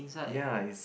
ya it's